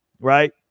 right